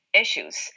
issues